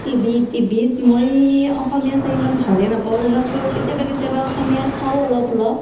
TV টিভিত মই অসমীয়া চাই ইমান ভালেই নাপাওঁ তথাপিও কেতিয়াবা কেতিয়াবা অসমীয়া চাওঁ অলপ অলপ